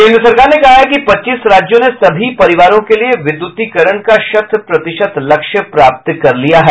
केंद्र सरकार ने कहा है कि पच्चीस राज्यों ने सभी परिवारों के लिये विद्युतीकरण का शत प्रतिशत लक्ष्य प्राप्त कर लिया है